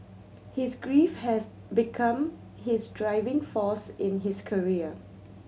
his grief has become his driving force in his career